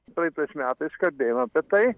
praeitais metais kalbėjom apie tai